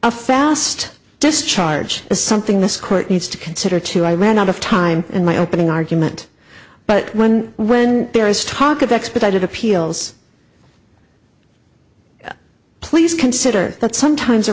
a fast discharge is something this court needs to consider too i ran out of time in my opening argument but when when there is talk of expedited appeals please consider that sometimes are